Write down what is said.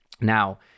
Now